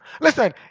Listen